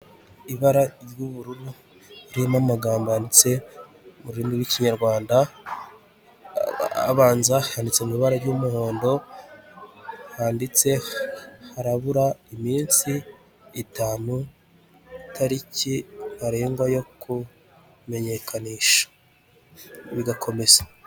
Ibara ry'ubururu ririmo amagambo yanditse mururimi rw'ikinyarwanda abanza yanditse mu ibara ry'umuhondo handitse harabura iminsi itanu itariki ntarengwa yo kumenyekanisha bigakomeza.